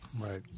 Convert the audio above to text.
Right